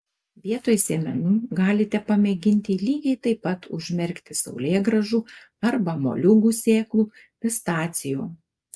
vietoj sėmenų galite pamėginti lygiai taip pat užmerkti saulėgrąžų arba moliūgų sėklų pistacijų